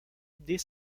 dès